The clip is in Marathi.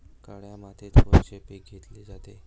काळ्या मातीत कोनचे पिकं घेतले जाते?